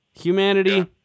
Humanity